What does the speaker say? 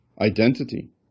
identity